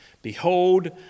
Behold